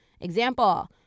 Example